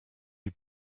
had